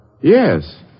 Yes